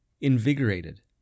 invigorated